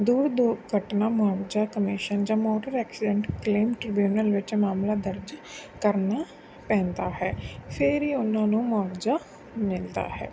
ਦੂਰ ਦਰਘਟਨਾ ਮੁਆਵਜ਼ਾ ਕਿਮੀਸ਼ਨ ਜਾਂ ਮੋਟਰ ਐਕਸੀਡੈਂਟ ਕਲੇਮ ਟ੍ਰਿਬਿਊਨਲ ਵਿੱਚ ਮਾਮਲਾ ਦਰਜ ਕਰਨਾ ਪੈਂਦਾ ਹੈ ਫਿਰ ਹੀ ਉਹਨਾਂ ਨੂੰ ਮੁਆਵਜ਼ਾ ਮਿਲਦਾ ਹੈ